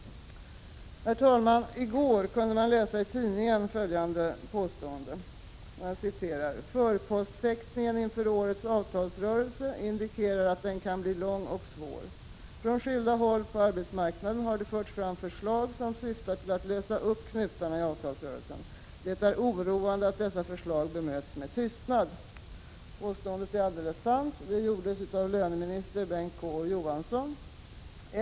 Herr talman! I går kunde följande påstående läsas i tidningen: ”Förpostfäktningen inför årets avtalsrörelse indikerar att den kan bli lång och svår. —-—-- Från skilda håll på arbetsmarknaden har det förts fram förslag som syftar till att lösa upp knutarna i avtalsrörelsen. Det är oroande att dessa förslag bemöts med tystnad.” Påståendet är alldeles sant — det gjordes av löneminister Bengt K Å Johansson.